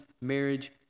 marriage